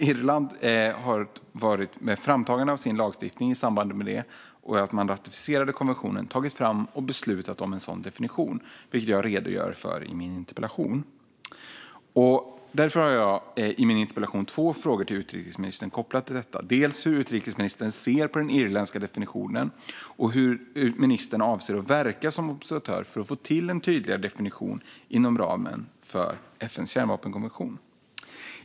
Irland har vid framtagandet av sin lagstiftning i samband med att man ratificerade konventionen tagit fram och beslutat om en sådan definition, vilket jag redogör för i min interpellation. Därför har jag i min interpellation två frågor till utrikesministern kopplat till detta: dels hur utrikesministern ser på den irländska definitionen, dels hur ministern avser att verka som observatör för att få till en tydligare definition inom ramen för FN:s kärnvapenkonvention.